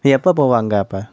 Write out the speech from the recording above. நீ எப்போது போவ அங்கே அப்போ